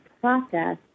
process